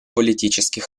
политический